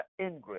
Ingrid